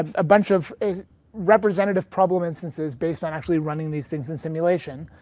ah a bunch of a representative problem instances based on actually running these things in simulation.